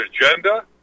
agenda